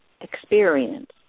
experience